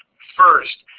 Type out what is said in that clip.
first,